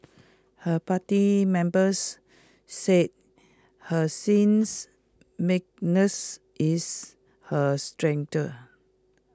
her party members say her seems meekness is her strength